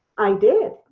i did.